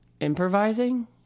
improvising